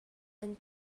and